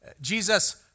Jesus